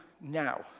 now